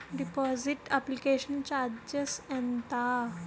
Deposit application charges ఎంత?